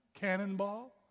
cannonball